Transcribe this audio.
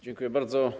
Dziękuję bardzo.